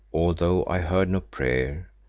although i heard no prayer,